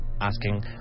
asking